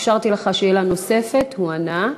אפשרתי לך שאלה נוספת, הוא ענה,